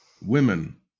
Women